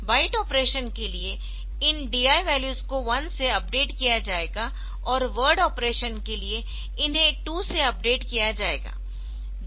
bite operation के लिए इन DI वैल्यूज को 1 से अपडेट किया जाएगा और वर्ड ऑपरेशन के लिए इन्हें 2 से अपडेट किया जाएगा